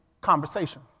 conversation